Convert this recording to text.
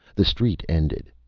the street ended.